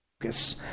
focus